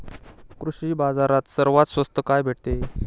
कृषी बाजारात सर्वात स्वस्त काय भेटते?